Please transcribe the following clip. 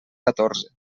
catorze